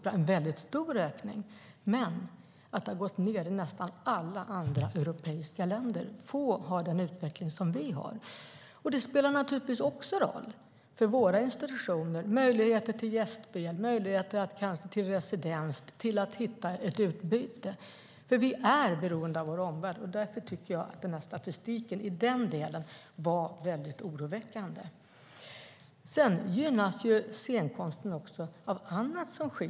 Det är en väldigt stor ökning. Det har dock gått ned i nästan alla andra europeiska länder. Det spelar naturligtvis också roll för våra institutioner när det gäller möjligheter till gästspel, residens och att hitta ett utbyte. Därför tycker jag att statistiken i den delen var väldigt oroväckande. Sedan gynnas ju scenkonsten också av annat som sker.